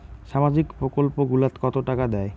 সামাজিক প্রকল্প গুলাট কত টাকা করি দেয়?